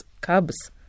cubs